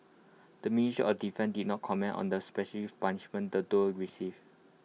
the ministry of defence did not comment on the specific punishments the duo received